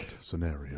scenario